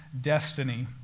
destiny